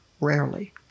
rarely